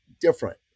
different